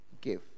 give